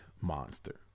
Monster